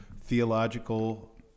theological